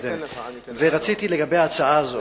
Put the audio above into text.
אני אתן לך עשר שניות.